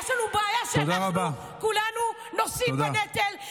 יש לנו בעיה שאנחנו כולנו נושאים בנטל, תודה רבה.